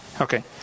Okay